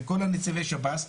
עם כל נציבי שב"ס.